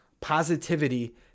positivity